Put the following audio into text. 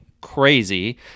crazy